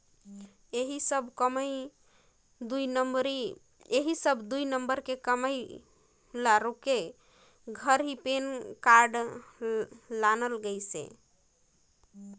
ऐही सब दुई नंबर के कमई ल रोके घर ही पेन कारड लानल गइसे